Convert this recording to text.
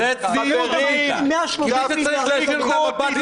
--- ולכן, אדוני, תתעלו.